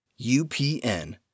UPN